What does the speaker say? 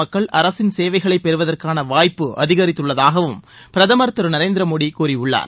மக்கள் அரசின் சேவைகளை பெறுவதற்கான வாய்ப்பு அதிகரித்துள்ளதாகவும் பிரதமர் திரு நரேந்திரமோடி கூறியுள்ளார்